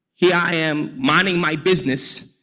here i am, minding my business,